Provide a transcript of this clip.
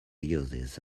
uses